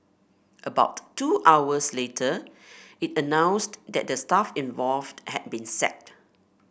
about two hours later it announced that the staff involved had been sacked